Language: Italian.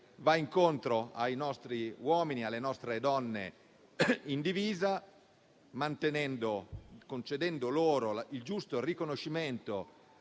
incontro ai nostri uomini e alle nostre donne in divisa, concedendo loro il giusto riconoscimento